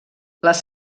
les